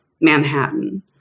Manhattan